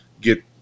get